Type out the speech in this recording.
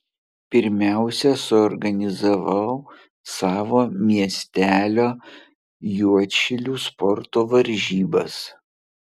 pirmiausia suorganizavau savo miestelio juodšilių sporto varžybas